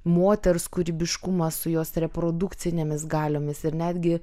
moters kūrybiškumą su jos reprodukcinėmis galiomis ir netgi